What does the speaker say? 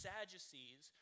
Sadducees